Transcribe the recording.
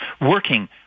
working